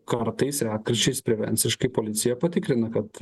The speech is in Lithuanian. kartais retkarčiais prevenciškai policija patikrina kad